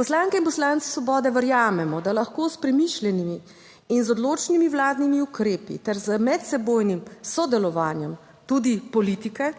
Poslanke in poslanci Svobode verjamemo, da lahko s premišljenimi in z odločnimi vladnimi ukrepi ter z medsebojnim sodelovanjem tudi politike,